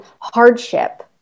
hardship